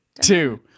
two